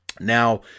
Now